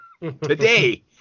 today